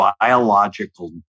biological